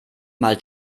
mal